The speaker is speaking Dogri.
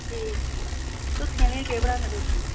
ठीक ऐ चौथी आह्लें गी केह् पढ़ाने तुस